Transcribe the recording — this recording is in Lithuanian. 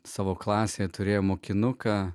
savo klasėje turėjo mokinuką